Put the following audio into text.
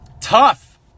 tough